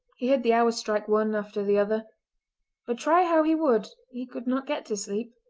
he heard the hours strike one after the other but try how he would he could not get to sleep.